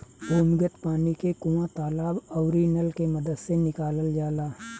भूमिगत पानी के कुआं, तालाब आउरी नल के मदद से निकालल जाला